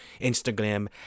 Instagram